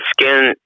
skin